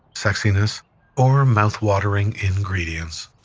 sexiness or mouthwatering ingredients